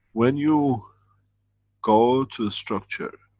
when you go to structure.